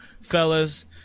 fellas